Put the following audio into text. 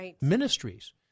ministries